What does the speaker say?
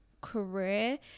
career